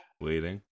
Waiting